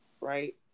Right